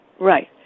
right